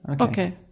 Okay